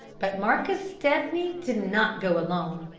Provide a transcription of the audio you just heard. but marcus stepney did not go alone.